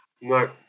no